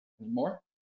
anymore